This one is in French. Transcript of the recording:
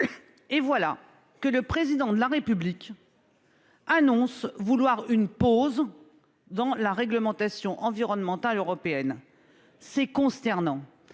Et voilà que le président de la République. Annonce vouloir une pause. Dans la réglementation environnementale européenne. C'est consternant.